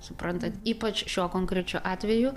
suprantat ypač šiuo konkrečiu atveju